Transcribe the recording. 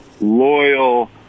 loyal